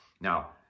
Now